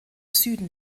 süden